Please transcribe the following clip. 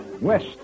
west